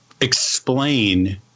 explain